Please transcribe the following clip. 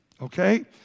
okay